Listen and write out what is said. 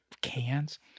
cans